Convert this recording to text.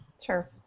Sure